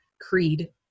creed